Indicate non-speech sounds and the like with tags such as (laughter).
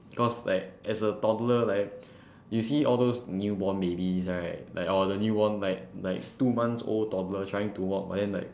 cause like as a toddler right (breath) you see all those newborn babies right like all the newborn like like two months old toddlers trying to walk but then like